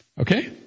Okay